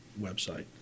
website